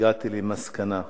הגעתי למסקנה,